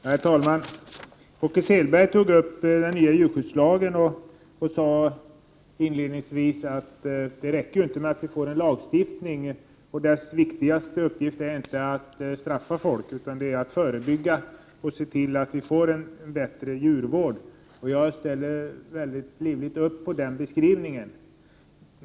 Herr talman! Åke Selberg tog upp den nya djurskyddslagen och sade inledningsvis att det inte räcker med att vi får en lagstiftning. Vidare menade han att lagstiftningens viktigaste uppgift inte är att straffa folk utan att förebygga och se till att vi får en bättre djurvård. Jag ställer mig med glädje bakom den beskrivningen.